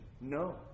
No